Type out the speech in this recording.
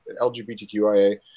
LGBTQIA